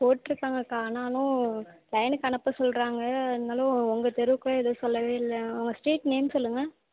போட்டிருக்காங்கக்கா ஆனாலும் லைனுக்கு அனுப்ப சொல்கிறாங்க இருந்தாலும் உங்கள் தெருவுக்கும் எதுவும் சொல்லவே இல்லை உங்கள் ஸ்ட்ரீட் நேம் சொல்லுங்க